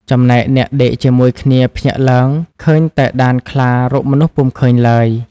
ចំណែកអ្នកដេកជាមួយគ្នាភ្ញាក់ឡើង ឃើញតែដានខ្លារកមនុស្សពុំឃើញឡើយ។